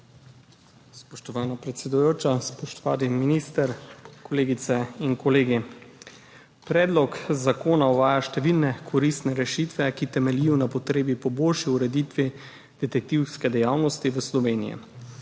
Spoštovana predsedujoča, spoštovani minister, kolegice in kolegi! Predlog zakona uvaja številne koristne rešitve, ki temeljijo na potrebi po boljši ureditvi detektivske dejavnosti v Sloveniji.